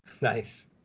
Nice